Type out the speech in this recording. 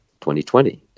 2020